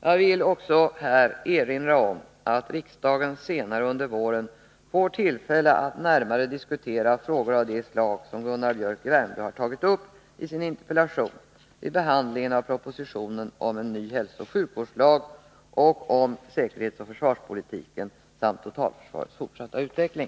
Jag vill här också erinra om att riksdagen senare under våren får tillfälle att närmare diskutera frågor av det slag som Gunnar Biörck i Värmdö har tagit uppi sin interpellation vid behandlingen av propositionerna om en ny hälsooch sjukvårdslag och om säkerhetsoch försvarspolitiken samt totalförsvarets fortsatta utveckling.